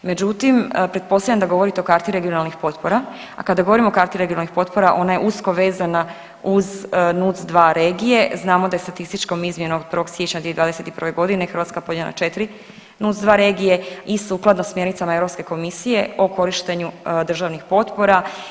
Međutim, pretpostavljam da govorite o karti regionalnih potpora, a kada govorimo o karti regionalnih potpora ona je usko vezana uz NUC 2 regije, znamo da je statističkom izmjenom 1. siječnja 2021. godine Hrvatska podijeljena na 4 NUC 2 regije i sukladno smjernicama Europske komisije o korištenju državnih potpora.